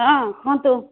ହଁ କୁହନ୍ତୁ